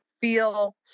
feel